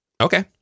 Okay